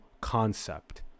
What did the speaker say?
concept